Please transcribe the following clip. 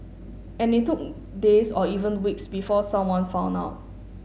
and it took days or even weeks before someone found out